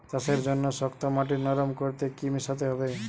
চাষের জন্য শক্ত মাটি নরম করতে কি কি মেশাতে হবে?